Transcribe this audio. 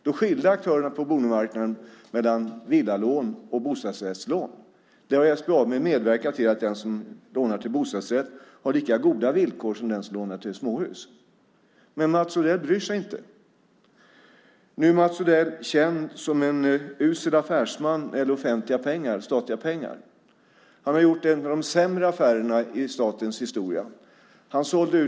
Då skilde aktörerna på bolånemarknaden mellan villalån och bostadsrättslån. SBAB har medverkat till att den som lånar till bostadsrätt har lika goda villkor som den som lånar till småhus. Men Mats Odell bryr sig inte. Mats Odell är känd som en usel affärsman när det gäller statliga pengar. Han har gjort en av de sämre affärerna i statens historia.